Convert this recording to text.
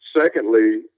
Secondly